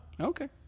Okay